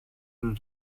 του